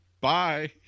Bye